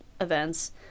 events